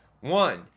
One